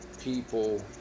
people